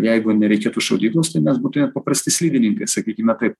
jeigu nereikėtų šaudyklos tai mes būtume paprasti slidininkai sakykime taip